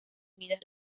unidas